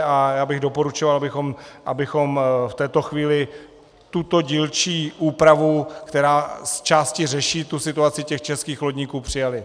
A já bych doporučoval, abychom v této chvíli tuto dílčí úpravu, která zčásti řeší tu situaci českých lodníků, přijali.